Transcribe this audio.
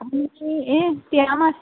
आमचें यें तिळामाळ